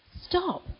stop